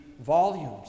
volumes